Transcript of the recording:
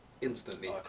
instantly